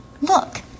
look